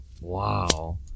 wow